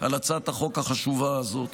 על הצעת החוק החשובה הזאת.